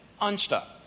unstuck